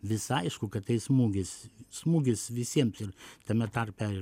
visai aišku kad tai smūgis smūgis visiems ir tame tarpe ir